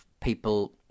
people